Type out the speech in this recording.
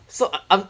so I I'm